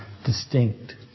Distinct